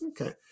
Okay